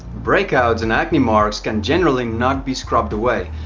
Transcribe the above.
breakouts and acne marks can generally not be scrubbed away,